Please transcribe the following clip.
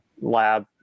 lab